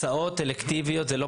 הסעות אלקטיביות זה לא